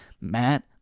Matt